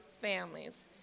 families